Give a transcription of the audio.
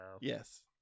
yes